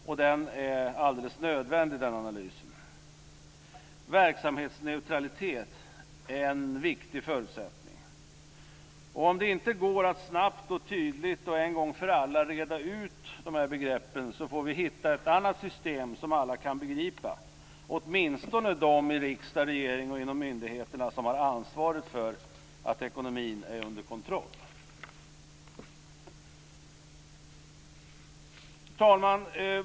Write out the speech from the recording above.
Den analysen är alldeles nödvändig. Verksamhetsneutralitet är en viktig förutsättning. Om det inte går att snabbt, tydligt och en gång för alla reda ut de här begreppen får vi hitta ett annat system som alla kan begripa, åtminstone de i riksdag, regeringen och myndigheter som har ansvaret för att ekonomin är under kontroll. Fru talman!